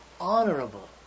honorable